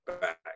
back